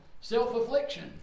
self-affliction